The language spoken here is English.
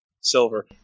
silver